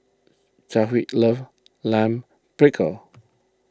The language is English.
Chadwick loves Lime Pickle